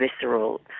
visceral